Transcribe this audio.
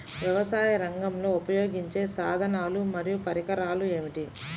వ్యవసాయరంగంలో ఉపయోగించే సాధనాలు మరియు పరికరాలు ఏమిటీ?